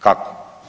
Kako?